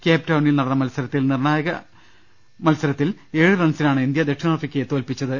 കേപ്ടൌണിൽ നടന്ന നിർണായക മത്സ രത്തിൽ ഏഴ് റൺസിനാണ് ഇന്ത്യ ദക്ഷിണാഫ്രിക്കയെ തോൽപ്പിച്ചത്